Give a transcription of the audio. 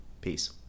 Peace